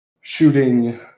shooting